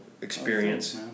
experience